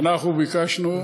ביקשנו,